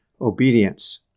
obedience